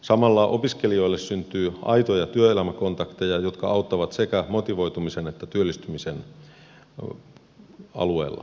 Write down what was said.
samalla opiskelijoille syntyy aitoja työelämäkontakteja jotka auttavat sekä motivoitumisen että työllistymisen alueella